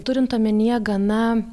turint omenyje gana